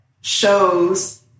shows